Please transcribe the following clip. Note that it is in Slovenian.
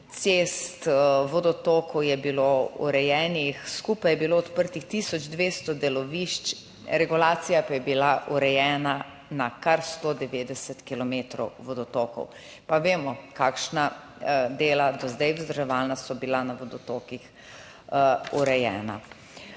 cest, vodotokov je bilo urejenih, skupaj je bilo odprtih 1200 delovišč, regulacija pa je bila urejena na kar 190 kilometrov vodotokov, pa vemo, kakšna dela, do zdaj vzdrževana, so bila na vodotokih urejena.